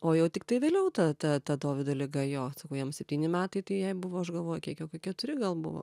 o jau tiktai vėliau ta ta ta dovydo liga jo sakau jam septyni metai tai buvo tai aš galvoju kie jau ko keturi gal buvo